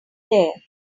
there